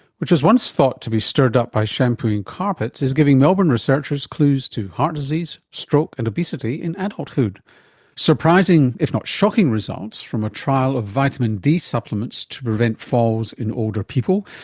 which was once thought to be stirred up by shampooing carpets, is giving melbourne researchers clues to heart disease, stroke and obesity in adulthood surprising, if not shocking results from a trail of vitamin d supplements to prevent falls in older people.